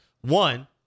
One